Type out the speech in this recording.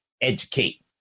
educate